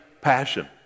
passion